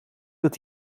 dat